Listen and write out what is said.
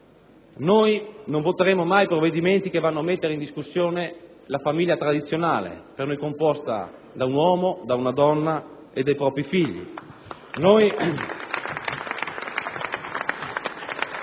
Noi non voteremo mai provvedimenti che mettono in discussione la famiglia tradizionale la quale, per noi, è composta da un uomo, una donna e dai propri figli.